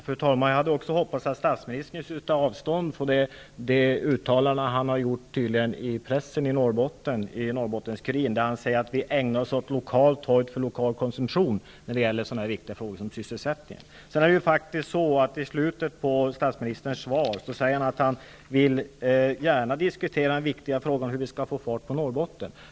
Fru talman! Jag hade hoppats att statsministern skulle ta avstånd från de uttalanden som han tydligen har gjort i Norrbottenskuriren. Han säger där att vi ägnar oss åt lokalt hojt för lokal konsumtion när vi uttalar oss om så viktiga frågor som sysselsättningen. I slutet av sitt svar säger statsministern faktiskt att han gärna vill diskutera den viktiga frågan, hur vi skall få fart på Norrbotten.